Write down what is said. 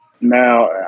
Now